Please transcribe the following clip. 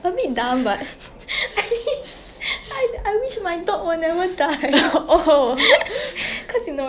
oh